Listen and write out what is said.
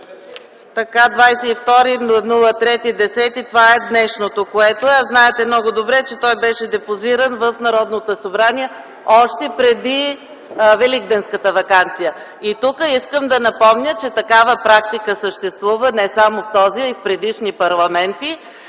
е от 22.03.2010 г. Това е днешното. Знаете много добре, че той беше депозиран в Народното събрание още преди Великденската ваканция. И тук искам да напомня, че такава практика съществува не само в този, но и в предишни парламент.